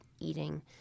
eating